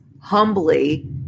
humbly